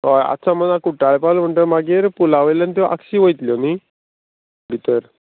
हय आतां समज हांव कुट्टाळे पावलो म्हणटा मागीर पुला वयल्यान त्यो आक्षी वयतल्यो न्ही भितर